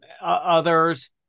others